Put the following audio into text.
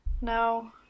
no